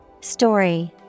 Story